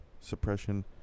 suppression